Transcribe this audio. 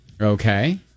Okay